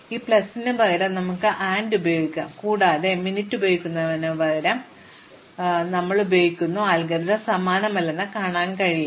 അതിനാൽ ഇവിടെ ഈ പ്ലസിനുപകരം ഞങ്ങൾ AND ഉപയോഗിക്കുന്നു കൂടാതെ മിനിറ്റ് ഉപയോഗിക്കുന്നതിനുപകരം ഞങ്ങൾ ഉപയോഗിക്കുന്നു അല്ലെങ്കിൽ അൽഗോരിതം സമാനമല്ലെന്ന് നിങ്ങൾക്ക് കാണാൻ കഴിയും